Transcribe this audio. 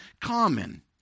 common